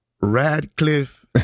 Radcliffe